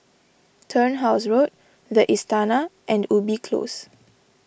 Turnhouse Road the Istana and Ubi Close